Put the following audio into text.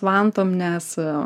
vantom nes